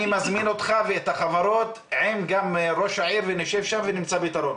אני מזמין אותך ואת החברות עם ראש העיר ונשב שם ונמצא פתרון.